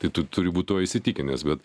tai tu turi būt tuo įsitikinęs bet